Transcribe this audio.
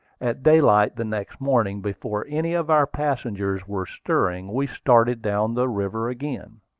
at daylight the next morning, before any of our passengers were stirring, we started down the river again.